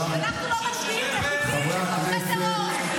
שיקולים --- אנחנו לא מצביעים לחוקים של תומכי טרור.